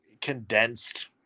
condensed